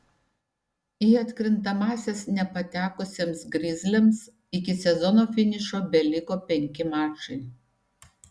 į atkrintamąsias nepatekusiems grizliams iki sezono finišo beliko penki mačai